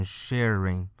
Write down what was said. sharing